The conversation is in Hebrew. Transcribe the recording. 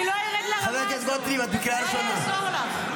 אני לא ארד לרמה הזאת, לא יעזור לך.